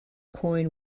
coin